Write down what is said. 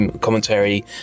commentary